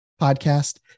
podcast